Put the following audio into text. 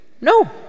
No